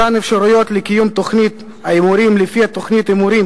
מתן אפשרות לקיום תוכנית הימורים לפי תוכנית הימורים